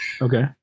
Okay